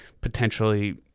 potentially